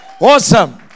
Awesome